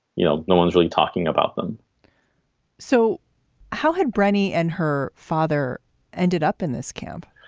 you know, no one's really talking about them so how had britney and her father ended up in this camp?